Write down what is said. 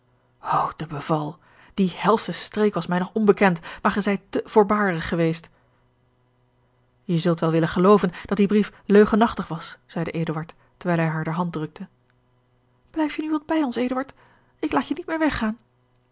die helsche streek was mij nog onbekend maar gij zijt te voorbarig geweest je zult wel willen gelooven dat die brief leugenachtig was zeide eduard terwijl hij haar de hand drukte blijf je nu wat bij ons eduard ik laat je niet meer weggaan